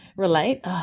relate